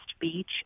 Beach